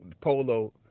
Polo